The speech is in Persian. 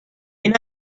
اینم